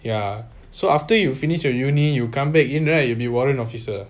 ya so after you finish your uni you come back in right you will be warrant officer